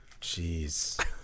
Jeez